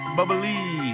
Bubbly